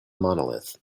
monolith